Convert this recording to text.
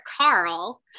Carl